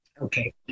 Okay